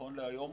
נכון להיום,